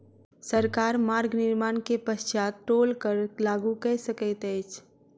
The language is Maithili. सरकार मार्ग निर्माण के पश्चात टोल कर लागू कय सकैत अछि